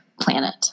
planet